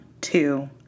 two